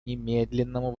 немедленному